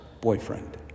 boyfriend